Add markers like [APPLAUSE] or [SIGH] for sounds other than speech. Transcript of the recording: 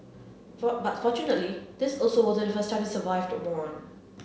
[UNINTELLIGIBLE] but fortunately this also wasn't the first time he survived one